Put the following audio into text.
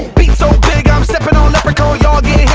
beat's so big i'm steppin' on leprechauns y'all